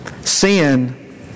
Sin